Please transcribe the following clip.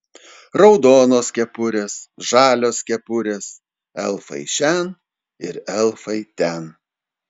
raudonos kepurės žalios kepurės elfai šen ir elfai ten